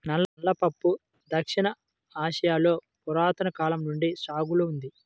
నల్ల పప్పు దక్షిణ ఆసియాలో పురాతన కాలం నుండి సాగులో ఉంది